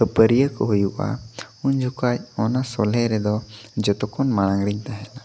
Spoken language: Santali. ᱠᱷᱟᱹᱯᱟᱹᱨᱤᱭᱟᱹ ᱠᱚ ᱦᱩᱭᱩᱜᱼᱟ ᱩᱱᱡᱚᱠᱷᱟᱱ ᱚᱱᱟ ᱥᱚᱞᱦᱮ ᱨᱮᱫᱚ ᱡᱚᱛᱚ ᱠᱷᱚᱱ ᱢᱟᱲᱟᱝ ᱨᱮᱧ ᱛᱟᱦᱮᱱᱟ